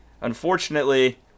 unfortunately